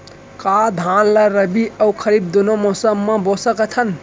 का धान ला रबि अऊ खरीफ दूनो मौसम मा बो सकत हन?